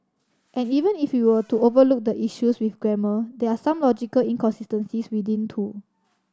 and even if we were to overlook the issues with grammar there are some logical inconsistencies within too